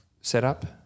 setup